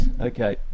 Okay